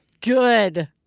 Good